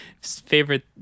favorite